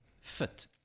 fit